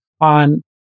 on